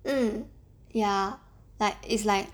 um ya like it's like